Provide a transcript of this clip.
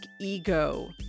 ego